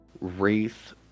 Wraith